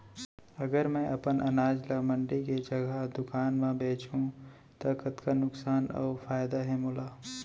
अगर मैं अपन अनाज ला मंडी के जगह दुकान म बेचहूँ त कतका नुकसान अऊ फायदा हे मोला?